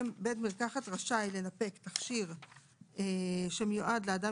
בית מרקחת רשאי לנפק תכשיר שמיועד לאדם